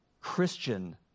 Christian